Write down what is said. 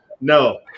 no